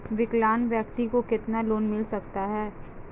विकलांग व्यक्ति को कितना लोंन मिल सकता है?